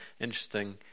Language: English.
interesting